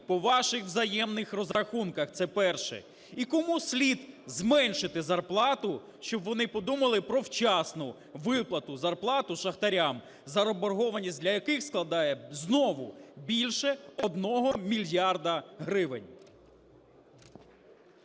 по ваших взаємних розрахунках? Це перше. І кому слід зменшити зарплату, щоб вони подумали про вчасну виплату зарплати шахтарям, заборгованість для яких складає знову більше 1 мільярда гривень?